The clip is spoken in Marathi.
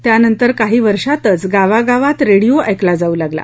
त्यानंतर काही वर्षांतच गावागावात रेडिओ ऐकला जाऊ लागला